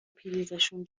پریزشون